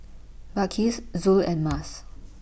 Balqis Zul and Mas